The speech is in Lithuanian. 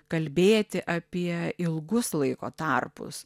kalbėti apie ilgus laiko tarpus